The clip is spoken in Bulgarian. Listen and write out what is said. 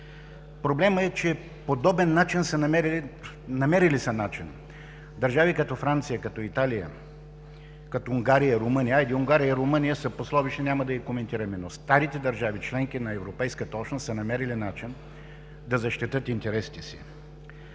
Проблемът е, че държави като Франция, Италия, Унгария, Румъния, хайде, Унгария и Румъния са пословични, няма да ги коментираме, но старите държави – членки на Европейската общност, са намерили начин да защитят интересите си.